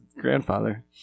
grandfather